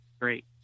great